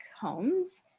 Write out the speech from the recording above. homes